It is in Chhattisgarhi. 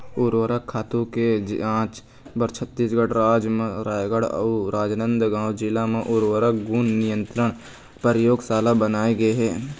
उरवरक खातू के जांच बर छत्तीसगढ़ राज म रायगढ़ अउ राजनांदगांव जिला म उर्वरक गुन नियंत्रन परयोगसाला बनाए गे हे